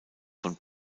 von